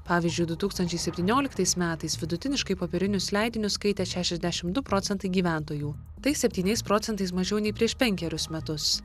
pavyzdžiui du tūkstančiai septynioliktais metais vidutiniškai popierinius leidinius skaitė šešiasdešimt du procentai gyventojų tai septyniais procentais mažiau nei prieš penkerius metus